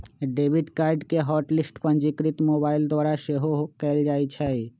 debit card के hot list पंजीकृत mobile द्वारा सेहो कएल जाइ छै